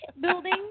building